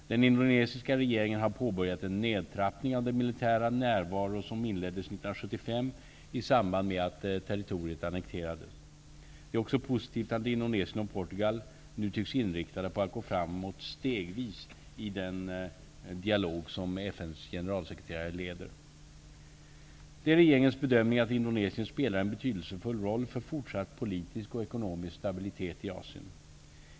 Den indonesiska regeringen har påbörjat en nedtrappning av den militära närvaro som inleddes 1975 i samband med att territoriet annekterades. Det är också positivt att Indonesien och Portugal nu tycks inriktade på att gå framåt stegvis i den dialog som FN:s generalsekreterare leder. Det är regeringens bedömning att Indonesien spelar en betydelsefull roll för fortsatt politisk och ekonomisk stabilitet i Asien.